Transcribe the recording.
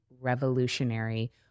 revolutionary